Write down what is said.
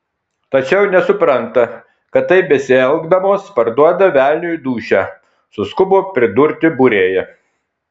tačiau nesupranta kad taip besielgdamos parduoda velniui dūšią suskubo pridurti būrėja